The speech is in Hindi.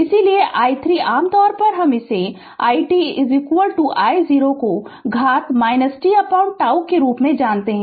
इसलिए i3 आम तौर पर हम i t I0 को घात tτ के रूप में जानते हैं